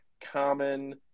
common